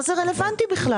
מה זה רלוונטי בכלל?